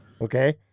Okay